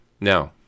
Now